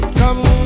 come